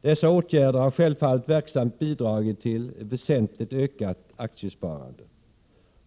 Dessa åtgärder har självfallet verksamt bidragit till ett väsentligt ökat aktiesparande.